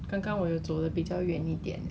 or anything like 没有很多 shift